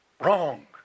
Wrong